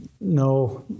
no